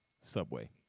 Subway